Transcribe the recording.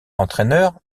entraîneur